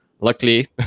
luckily